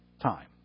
time